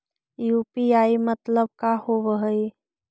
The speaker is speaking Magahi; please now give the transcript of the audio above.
यु.पी.आई मतलब का होब हइ?